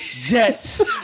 Jets